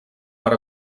per